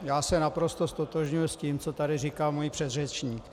Já se naprosto ztotožňuji s tím, co tady říkal můj předřečník.